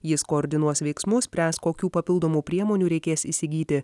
jis koordinuos veiksmus spręs kokių papildomų priemonių reikės įsigyti